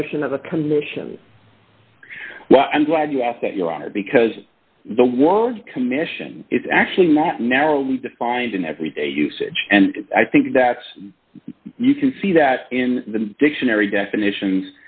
notion of a commission well i'm glad you asked that your honor because the word commission is actually math narrowly defined in everyday usage and i think that's you can see that in the dictionary definition